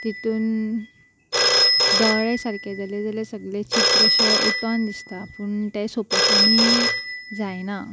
तितून दोळे सारके जाले जाल्यार सगलें चित्र अशें उठून दिसता पूण तें सोंपेपणी जायना